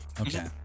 okay